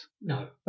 No